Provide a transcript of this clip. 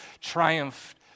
triumphed